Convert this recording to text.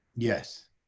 yes